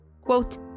quote